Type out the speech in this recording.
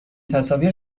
تصاویر